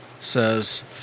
says